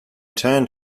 turned